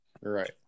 right